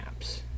apps